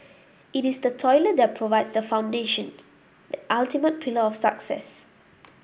it is the toilet that provides the foundation that ultimate pillar of success